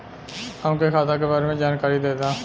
हमके खाता के बारे में जानकारी देदा?